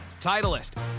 Titleist